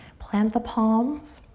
plant the palms.